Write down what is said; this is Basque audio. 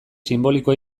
sinboliko